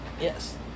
Yes